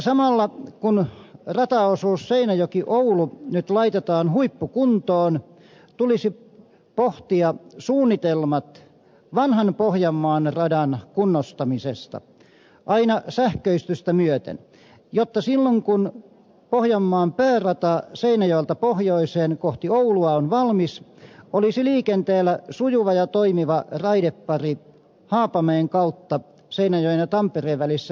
samalla kun rataosuus seinäjokioulu nyt laitetaan huippukuntoon tulisi pohtia suunnitelmat vanhan pohjanmaan radan kunnostamisesta aina sähköistystä myöten jotta silloin kun pohjanmaan päärata seinäjoelta pohjoiseen kohti oulua on valmis olisi liikenteellä sujuva ja toimiva raidepari haapamäen kautta seinäjoen ja tampereen välisessä liikenteessä